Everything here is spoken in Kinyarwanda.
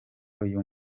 uyu